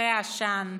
מסכי העשן,